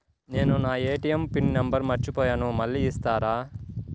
నేను నా ATM pin number మర్చిపోయాను మళ్ళీ ఇస్తారా?